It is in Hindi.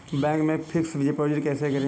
बैंक में फिक्स डिपाजिट कैसे करें?